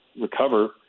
recover